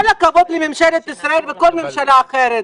כל הכבוד לממשלת ישראל ולכל ממשלה אחרת,